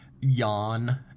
yawn